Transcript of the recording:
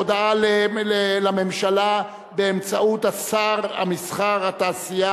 הודעה לממשלה באמצעות שר התעשייה,